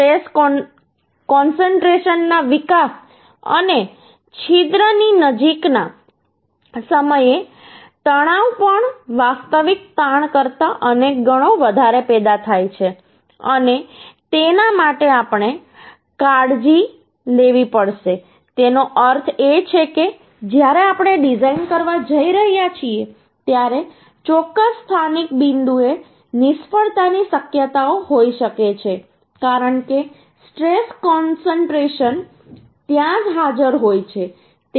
stress કોન્સન્ટ્રેશનના વિકાસ અને છિદ્રની નજીકના સમયે તણાવ પણ વાસ્તવિક તાણ કરતાં અનેક ગણો વધારે પેદા થાય છે અને તેના માટે આપણે કાળજી લેવી પડશે તેનો અર્થ એ છે કે જ્યારે આપણે ડિઝાઇન કરવા જઈ રહ્યા છીએ ત્યારે ચોક્કસ સ્થાનિક બિંદુએ નિષ્ફળતાની શક્યતાઓ હોઈ શકે છે કારણ કે સ્ટ્રેશ કોન્સન્ટ્રેશન ત્યાં હાજર હોય છે